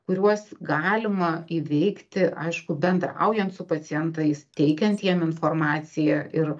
kuriuos galima įveikti aišku bendraujant su pacientais teikiant jiem informaciją ir